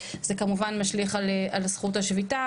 זה כמובן משליך על זכות השביתה,